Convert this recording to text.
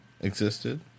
existed